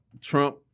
Trump